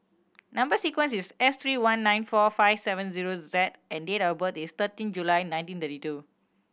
number sequence is S three one nine four five seven zero Z and date of birth is thirteen July nineteen thirty two